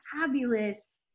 fabulous